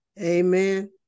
Amen